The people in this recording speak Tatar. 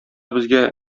безгә